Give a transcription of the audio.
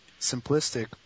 simplistic